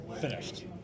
finished